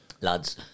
lads